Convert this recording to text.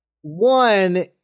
one